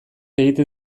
egiten